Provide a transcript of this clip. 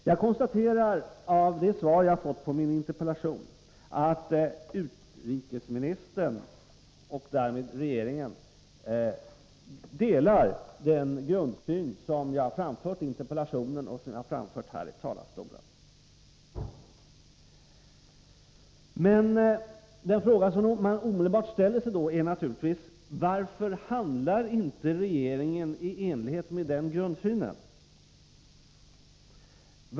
Jag konstaterar av det svar jag har fått på min interpellation att utrikesministern och därmed regeringen delar den grundsyn som jag har framfört i interpellationen och här från talarstolen. De frågor man omedelbart ställer sig är: Varför handlar då inte regeringen i enlighet med denna grundsyn?